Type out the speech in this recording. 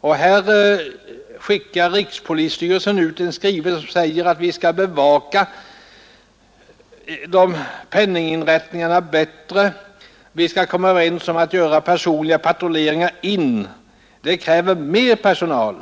Och här skickar rikspolisstyrelsen ut en skrivelse som säger att polisen skall bevaka penninginrättningarna bättre med patrullering in i lokalerna. Det kräver mer personal,